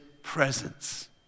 presence